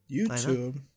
YouTube